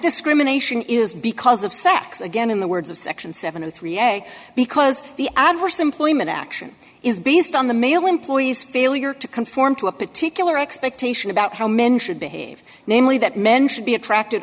discrimination is because of sex again in the words of section seventy three eg because the adverse employment action is based on the male employees failure to conform to a particular expectation about how men should behave namely that men should be attracted